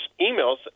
emails